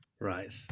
Right